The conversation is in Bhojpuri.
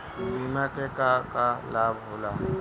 बिमा के का का लाभ होला?